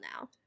now